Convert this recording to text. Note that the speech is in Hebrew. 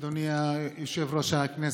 אדוני יושב-ראש הכנסת,